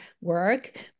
work